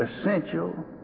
essential